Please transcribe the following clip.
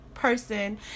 person